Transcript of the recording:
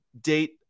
date